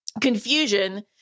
confusion